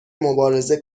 مبارزه